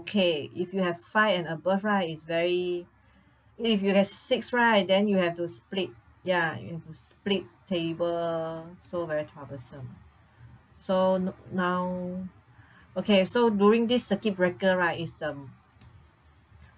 okay if you have five and above right is very if you have six right then you have to split ya you have to split table so very troublesome so n~ now okay so during this circuit breaker right is um